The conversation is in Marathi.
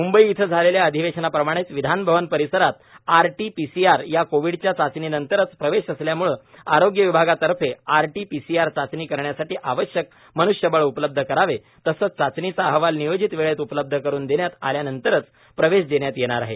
मंबई येथे झालेल्या अधिवेशना प्रमाणे विधानभवन परीसरात आरटीपीसीआर कोविडच्या चाचणीनंतरच प्रवेश असल्यामुळे आरोग्य विभागातर्फे या आरटीपीसीआर चाचणी करण्यासाठी आवश्यक मनृष्यबळ उपलब्ध करावे तसंच चाचणीचा अहवाल नियोजित वेळेत उपलब्ध करुन देण्यात आल्यानंतरच प्रवेश देण्यात येणार आहे